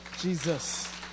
Jesus